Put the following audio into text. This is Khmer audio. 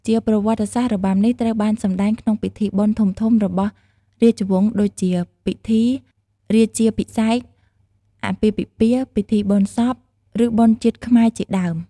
ជាប្រវត្តិសាស្ត្រ របាំនេះត្រូវបានសម្តែងក្នុងពិធីបុណ្យធំៗរបស់រាជវង្សដូចជា ពិធីរាជាភិសេក អាពាហ៍ពិពាហ៍ ពិធីបុណ្យសព និងបុណ្យជាតិខ្មែរជាដើម។